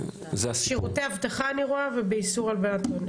שירותי אבטחה אני רואה ובאיסור הלבנת הון.